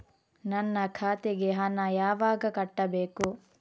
ನನ್ನ ಖಾತೆಗೆ ಹಣ ಯಾವಾಗ ಕಟ್ಟಬೇಕು?